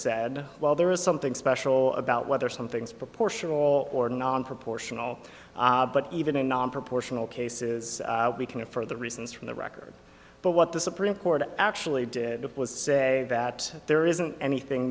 said well there is something special about whether something is proportional or non proportional but even in non proportional cases we can infer the reasons from the record but what the supreme court actually did was say that there isn't anything